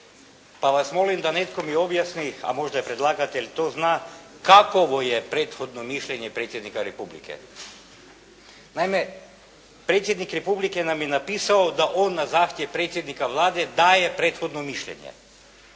pa vas molim da netko mi objasni, a možda predlagatelj to zna, kakovo je prethodno mišljenje Predsjednika Republike. Naime, Predsjednik Republike nam je napisao da on na zahtjev predsjednika Vlade daje prethodno mišljenje,